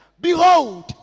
Behold